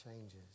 changes